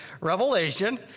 revelation